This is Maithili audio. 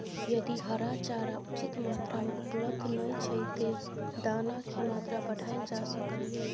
यदि हरा चारा उचित मात्रा में उपलब्ध नय छै ते दाना की मात्रा बढायल जा सकलिए?